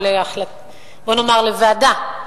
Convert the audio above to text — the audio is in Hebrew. או בואו נאמר לוועדה,